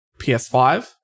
PS5